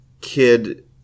kid